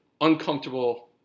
uncomfortable